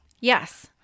Yes